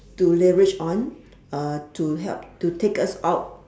to leverage on uh to help to take us out